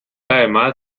además